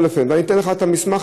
אני אתן לך את המסמך.